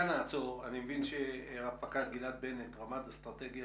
נעבור לסגן ניצב גלעד בנט, רמ"ד אסטרטגיה